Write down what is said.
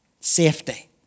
safety